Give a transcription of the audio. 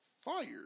fired